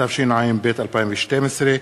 התשע"ב 2012,